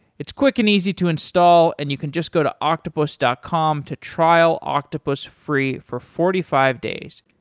it's quick and easy to install and you can just go to octopus dot com to trial octopus free for forty five days.